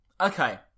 Okay